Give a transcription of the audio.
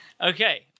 Okay